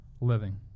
living